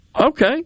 Okay